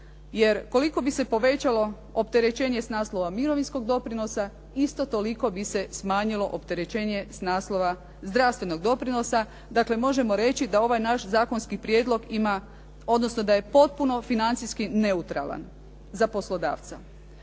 koliko bi se povećalo opterećenje s naslova mirovinskog doprinosa, isto toliko bi se smanjilo opterećenje s naslova zdravstvenog doprinosa, dakle možemo reći da ovaj naš zakonski prijedlog ima, odnosno da je potpuno financijski neutralan za poslodavca.